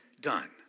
done